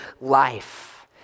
life